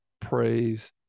praise